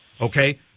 okay